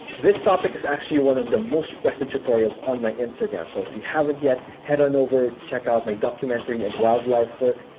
this topic is actually one of the most requested tutorials on my instagram, so if you haven't yet, head on over, check out my documentary, and wildlife work.